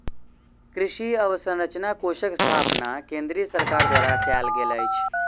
कृषि अवसंरचना कोषक स्थापना केंद्रीय सरकार द्वारा कयल गेल अछि